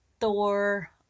Thor